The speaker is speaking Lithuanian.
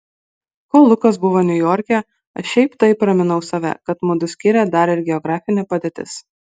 kol lukas buvo niujorke aš šiaip taip raminau save kad mudu skiria dar ir geografinė padėtis